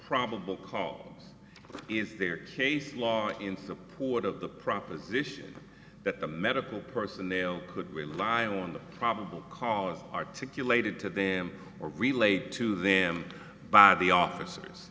probable cause is there a case law in support of the proposition that the medical personnel could rely on the probable cause articulated to them or relate to them by the officers